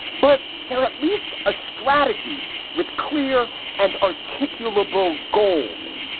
but there are at least a strategy with clear and articulable goals.